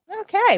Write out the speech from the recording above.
Okay